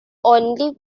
only